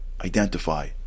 identify